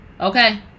okay